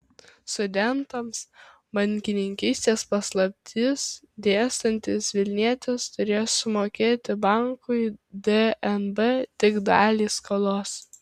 studentams bankininkystės paslaptis dėstantis vilnietis turės sumokėti bankui dnb tik dalį skolos